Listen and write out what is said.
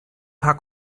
paar